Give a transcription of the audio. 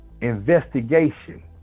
investigation